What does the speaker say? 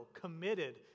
committed